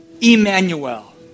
Emmanuel